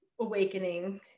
awakening